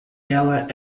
ela